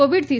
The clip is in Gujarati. કોવિડથી